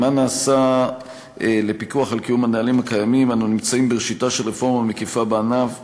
1. אנו נמצאים בראשיתה של רפורמה מקיפה בענף הדואר,